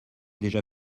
déjà